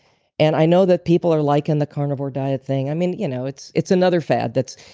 and i know that people are liking the carnivore diet thing. i mean you know it's it's another fad that's.